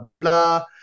blah